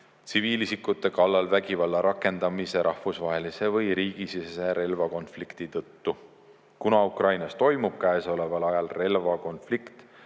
tsiviilisikute kallal vägivalla rakendamise rahvusvahelise või riigisisese relvakonflikti tõttu. Kuna Ukrainas toimub käesoleval ajal relvakonflikt,